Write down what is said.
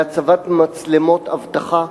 להצבת מצלמות אבטחה.